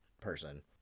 person